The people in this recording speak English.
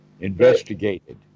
investigated